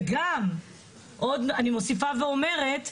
וגם אני מוסיפה ואומרת,